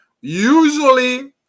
usually